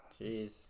Jeez